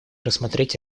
рассмотреть